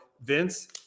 Vince